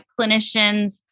clinicians